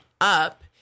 up